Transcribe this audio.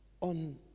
on